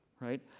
right